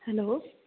hello